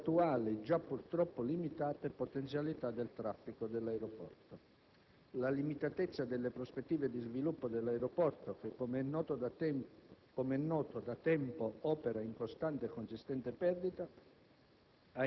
le attuali, già purtroppo limitate, potenzialità di traffico dell'aeroporto. La limitatezza delle prospettive di sviluppo dello stesso, che - com'è noto - da tempo opera in costante e consistente perdita,